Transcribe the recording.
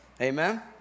amen